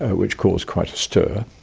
ah which caused quite a stir.